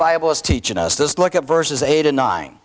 bible is teaching us this look at verses eight and nine